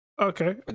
Okay